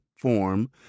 form